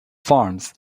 farms